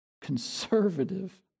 conservative